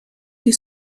die